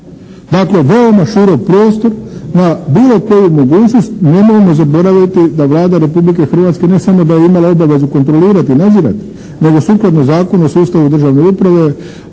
Dakle, veoma širok prostor na bilo koju mogućnost. Nemojmo zaboraviti da Vlada Republike Hrvatske ne samo da je imala obavezu kontrolirati i nadzirati nego sukladno Zakonu o sustavu državne uprave